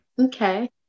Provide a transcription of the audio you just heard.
okay